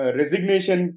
resignation